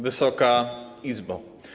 Wysoka Izbo!